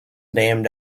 named